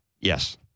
Yes